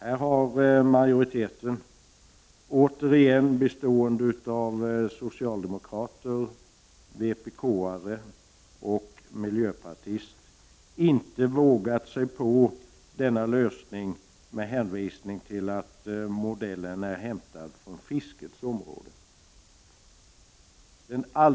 Här har majoriteten — återigen bestående av socialdemokrater, vpk och miljöpartiet — inte vågat sig på denna lösning med hänvisning till att modellen är hämtad från fiskets område.